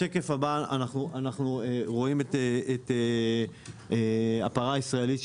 בשקף הבא רואים את הפרה הישראלית,